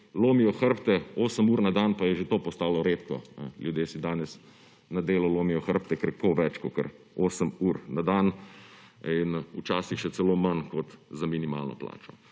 lomijo hrbte osem ur na dan; pa je že to postalo redko, ljudje si danes na delu lomijo hrbte krepko več kot osem ur na dan in včasih še celo manj kot za minimalno plačo.